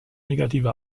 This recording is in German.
negative